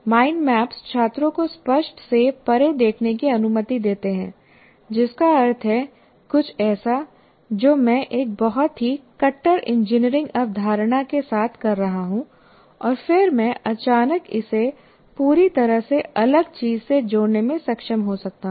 mind maps छात्रों को स्पष्ट से परे देखने की अनुमति देते हैं जिसका अर्थ है कुछ ऐसा जो मैं एक बहुत ही कट्टर इंजीनियरिंग अवधारणा के साथ कर रहा हूं और फिर मैं अचानक इसे पूरी तरह से अलग चीज से जोड़ने में सक्षम हो सकता हूं